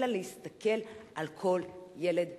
אלא להסתכל על כל ילד ספציפי.